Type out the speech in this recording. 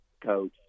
Coach